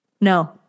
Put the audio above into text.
No